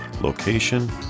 location